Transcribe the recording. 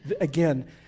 again